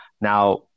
Now